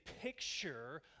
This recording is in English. picture